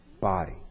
body